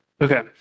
Okay